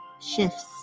shifts